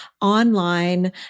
online